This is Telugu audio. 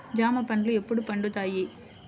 జామ పండ్లు ఎప్పుడు పండుతాయి?